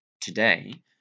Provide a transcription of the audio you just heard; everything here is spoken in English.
today